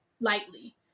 lightly